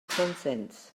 consents